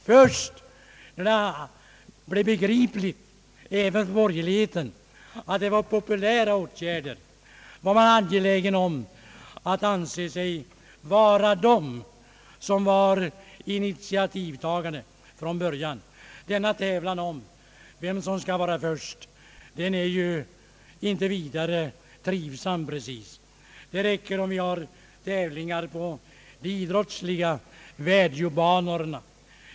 Först när det blev begripligt även för borgerligheten att det var populära åtgärder, blev man angelägen om att anses vara de som var initiativtagare från början. Denna tävlan om vem som har varit först är inte precis trivsam. Det räcker om vi har tävlingar på de idrottsliga arenorna.